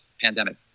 pandemic